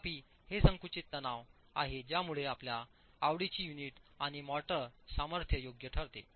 तथापि हे संकुचित तणाव आहे ज्यामुळे आपल्या आवडीची युनिट आणि मोर्टार सामर्थ्य योग्य ठरते